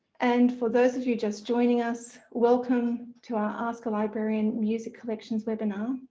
and for those of you just joining us, welcome to our ask a librarian music collections webinar.